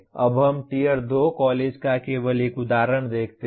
अब हम tier 2 college का केवल एक उदाहरण दिखाते हैं